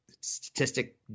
statistic